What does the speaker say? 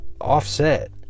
offset